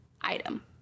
item